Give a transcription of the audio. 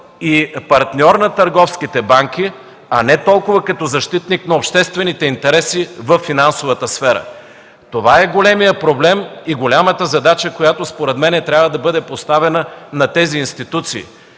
и партньор на търговските банки, а не толкова като защитник на обществените интереси във финансовата сфера. Това е големият проблем и голямата задача, която според мен трябва да бъде поставена на тези институции.